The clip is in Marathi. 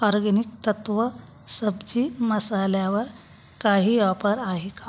ऑर्गेनिक तत्त्व सब्जी मसाल्यावर काही ऑपर आहे का